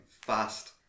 fast